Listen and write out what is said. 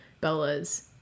Bella's